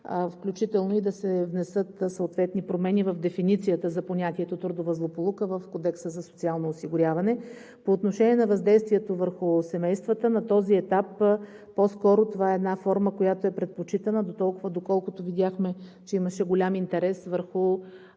включително и да се внесат съответни промени в дефиницията за понятието „трудова злополука“ в Кодекса за социално осигуряване. По отношение на въздействието върху семействата. На този етап това по-скоро е една форма, която е предпочитана дотолкова, доколкото видяхме, че имаше голям интерес върху